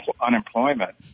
unemployment